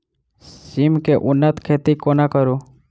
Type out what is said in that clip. सिम केँ उन्नत खेती कोना करू?